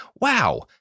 Wow